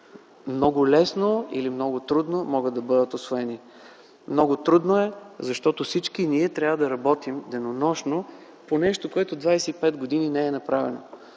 много лесно или много трудно могат да бъдат усвоени. Много трудно е, защото всички ние трябва денонощно да работим по нещо, което не е направено